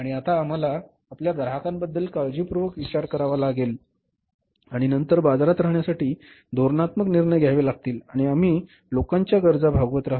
आणि आता आम्हाला आपल्या ग्राहकांबद्दल काळजीपूर्वक विचार करावा लागेल आणि नंतर बाजारात राहण्यासाठी धोरणात्मक निर्णय घ्यावे लागतील आणि आम्ही लोकांच्या गरजा भागवत राहू